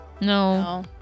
No